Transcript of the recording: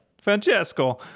Francesco